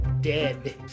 dead